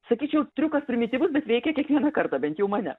sakyčiau triukas primityvus bet veikia kiekvieną kartą bent jau mane